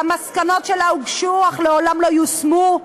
והמסקנות שלה הוגשו, אך לעולם לא יושמו.